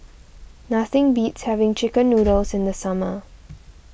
nothing beats having Chicken Noodles in the summer